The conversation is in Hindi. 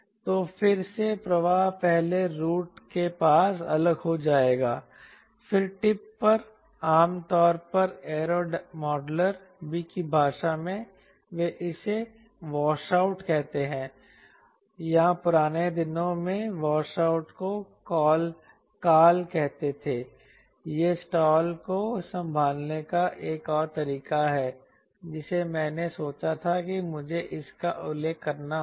तो फिर से प्रवाह पहले रूट के पास अलग हो जाएगा फिर टिप पर आम तौर पर एयरो मॉडलर की भाषा में वे इसे वॉश आउट कहते हैं या पुराने दिनों में वे वॉश आउट को कॉल कहते थे यह स्टाल को संभालने का एक और तरीका है जिसे मैंने सोचा था कि मुझे इसका उल्लेख करना होगा